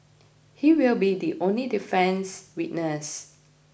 he will be the only defence witness